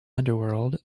underworld